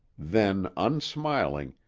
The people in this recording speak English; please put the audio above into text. then, unsmiling,